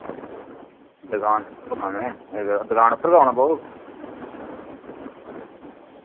दुकान दुकान उप्पर गै औना पौग